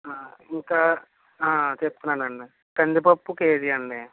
ఇంకా చెప్తున్నానండి కందిపప్పు కేజీ అండి